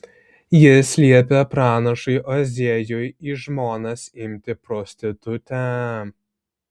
jis liepia pranašui ozėjui į žmonas imti prostitutę